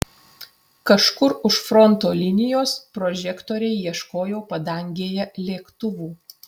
kažkur už fronto linijos prožektoriai ieškojo padangėje lėktuvų